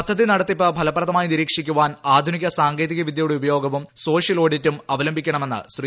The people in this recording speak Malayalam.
പദ്ധതി നടത്തിപ്പ് ഫലപ്രദമായി നിരീക്ഷിക്കാൻ ആധുനിക സാങ്കേതികവിദ്യയുടെ ഉപയോഗവും സോഷ്യൽഓഡിറ്റും അവംലബിക്കണമെന്ന് ശ്രീ